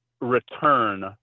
return